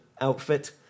outfit